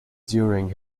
during